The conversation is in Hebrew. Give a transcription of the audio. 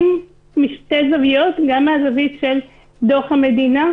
משתי זוויות: גם מהזווית של דוח המדינה,